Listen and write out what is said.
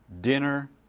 dinner